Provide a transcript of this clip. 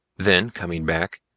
then coming back,